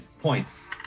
points